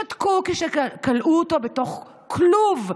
שתקו כשכלאו אותו בתוך כלוב,